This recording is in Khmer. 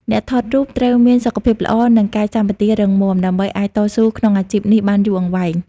អ្នកថតរូបត្រូវមានសុខភាពល្អ និងកាយសម្បទារឹងមាំ ដើម្បីអាចតស៊ូក្នុងអាជីពនេះបានយូរអង្វែង។